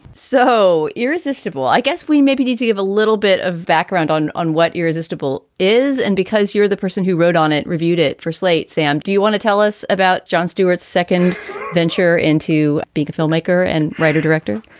so irresistible. i guess we maybe need to give a little bit of background on on what irresistable is. and because you're the person who wrote on it, reviewed it for slate. sam, do you want to tell us about jon stewart's second venture into being a filmmaker and writer director?